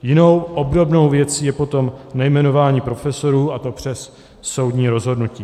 Jinou, obdobnou věcí je potom nejmenování profesorů, a to přes soudní rozhodnutí.